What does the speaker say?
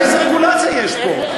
איזו רגולציה יש פה?